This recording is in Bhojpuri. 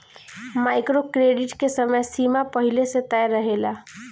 माइक्रो क्रेडिट के समय सीमा पहिले से तय रहेला